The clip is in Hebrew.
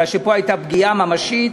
מכיוון שפה הייתה פגיעה ממשית,